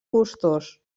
costós